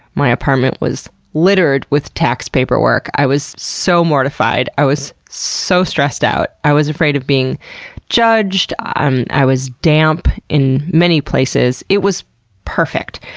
my apartment was littered with tax paperwork. i was so mortified. i was so stressed out. i was afraid of being judged, i was damp in many places, it was perfect!